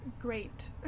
great